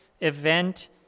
event